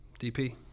DP